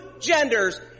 genders